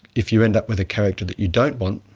if you end up with a character that you don't want,